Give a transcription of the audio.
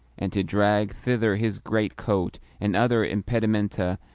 and to drag thither his greatcoat and other impedimenta,